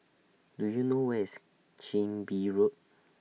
Do YOU know Where IS Chin Bee Road